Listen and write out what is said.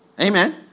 Amen